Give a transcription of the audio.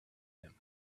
him